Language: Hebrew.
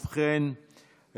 ובכן,